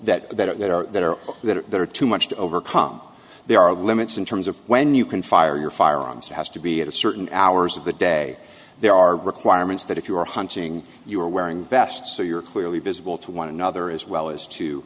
there that that are that are that there are too much to overcome there are limits in terms of when you can fire your firearms it has to be at certain hours of the day there are requirements that if you are hunting you are wearing best so you're clearly visible to one another as well as to